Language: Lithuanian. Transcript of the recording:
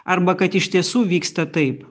arba kad iš tiesų vyksta taip